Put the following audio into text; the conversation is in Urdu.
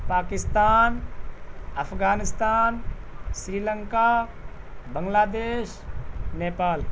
پاکستان افغانستان سری لنکا بنگلہ دیش نیپال